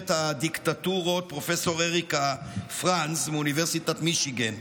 הדיקטטורות פרופ' אריקה פרנז מאוניברסיטת מישיגן,